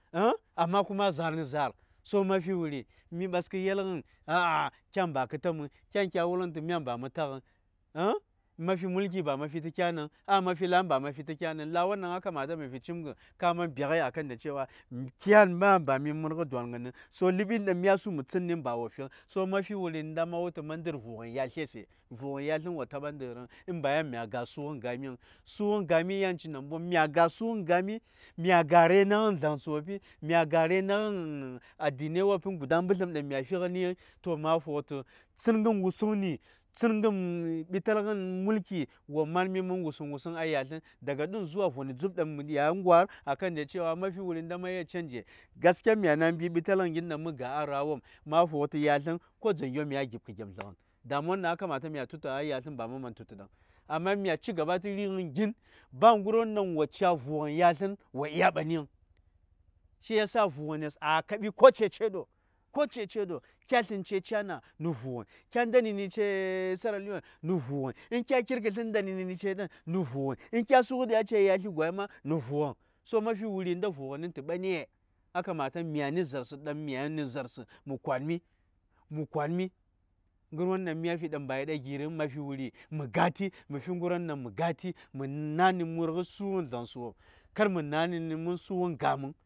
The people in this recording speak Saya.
amma kuma za:ar nə za:ar so mafi wuri mi baskə yelgən a’a kyan ba kə ta̱ məng kyan, kya wugəntu myan ba mə tagəng mafi mulki ba mafi tə kyanəng a mafi lan ba mafi tə kyanəng. La:won ɗaŋa kamata mə fimacimgə, ka man byagəi a kan da cewa myan ma ba murghə dwa:ngənəŋ, so ləɓin ɗan mya su mə tsənnin ba wo fiŋ. So ma fi wuri nda ma wul tuma ndə:r vu:ghən yaslese? Vu:ghən yaslən ba wo taba ndə:rən in ba yan mya ga:su:ghən gami vəŋ. Su:ghən gami yan ci namboŋ. Mya ga: su:ghən gami, mya ga: rainaghən zləŋsəwoppi, mya ga: rainaghən addinai woppən ɓəsləŋəy ɗaŋ mya fighəni, to ma fu:gh tu tsəngən wusəŋni, tsəngən ɓitalgən mulki wo ma:n mi mən wusuŋ-wusuŋ a yaslən, daga ɗuni zuwa voni dzup ɗaŋ mə ta ya gwə:r a kan da cewa ma fi wuri nnda ma yel canje? Gaskiyas in mya na mbi ɓtalgən gin ɗaŋ mə ga a ra:wopm, mya fughə to yaslan, ko dzangyo mə yi gipkə gyomslagən. Damuwa won ɗaŋ a kamata mə tu tə a yaslən ba maman tu tə ɗaŋ. Amma mya ci gaba tə ri:gən gin, ba gərwon ɗa wo ca vu:gən yaslan wo ɗya ɓani vəŋ. Shiyasa vu:gənes a kaɓi ko ce ce ɗo- ko ce ce ɗo, kya sllən ce china, nə vu:gən, kya nda nəni ce seraleon, nə vu:gən, kya kir ɗi kesli ce ɗan, nə vu:gən, kya sughə ɗi ce yasli gwai ma nə vu:gən. so ma fi wuri nda vu:gən nən tə ɓane? A kamata myani za:rsə, ɗaŋ myani za:rsə mə kwa:nme-mə kwa:nme, gərwon ɗaŋ mya fi daŋ ba yi ɗa gi:riŋ, mə ga:ti, mə fi gərwon ɗaŋ mə ga: ti, mə̀ na nə murghə su:gən zlənsəwopm, kar mə na ni nə mən su:gən gam vəŋ.